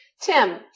Tim